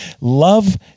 love